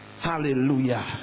Hallelujah